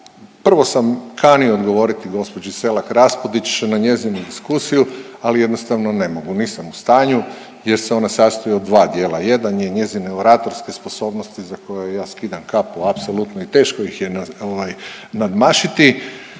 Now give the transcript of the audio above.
prvo sam kanio odgovoriti gospođi Selak Raspudić na njezinu diskusiju ali jednostavno ne mogu, nisam u stanju jer se ona sastoji od dva dijela. Jedan je njezine oratorske sposobnosti za koje joj ja skidam kapu apsolutno i teško ih je ovaj nadmašiti,